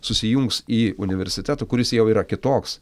susijungs į universitetą kuris jau yra kitoks